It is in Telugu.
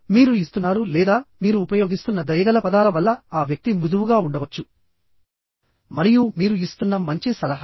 మీరు ఇస్తున్నారు లేదా మీరు ఉపయోగిస్తున్న దయగల పదాల వల్ల ఆ వ్యక్తి మృదువుగా ఉండవచ్చు మరియు మీరు ఇస్తున్న మంచి సలహాలు